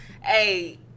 Hey